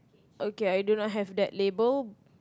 okay I do not have that label